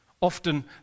Often